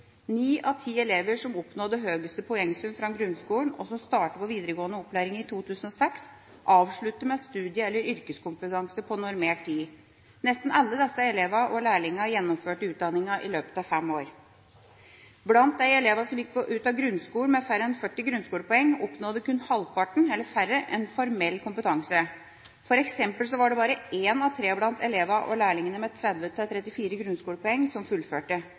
Ni av ti elever som oppnådde høyest poengsum fra grunnskolen, og som startet på videregående opplæring i 2006, avsluttet med studie- eller yrkeskompetanse på normert tid. Nesten alle disse elevene og lærlingene gjennomførte utdanninga i løpet av fem år. Blant de elevene som gikk ut av grunnskolen med færre enn 40 grunnskolepoeng, oppnådde kun halvparten eller færre en formell kompetanse. For eksempel var det bare én av tre blant elevene og lærlingene med 30–34 grunnskolepoeng som fullførte.